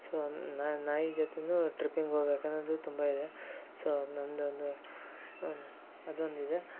so ನಾಯಿ ಜೊತೆಯೂ tripping ಹೋಗ್ಬೇಕನ್ನೋದು ತುಂಬ ಇದೆ ಸೊ ನನ್ನದೊಂದು ಅದೊಂದು ಇದೆ